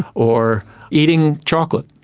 or eating chocolate.